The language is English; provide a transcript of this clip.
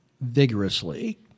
vigorously